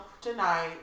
tonight